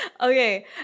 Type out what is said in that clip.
Okay